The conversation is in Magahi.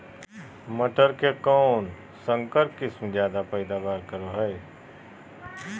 मटर के कौन संकर किस्म जायदा पैदावार करो है?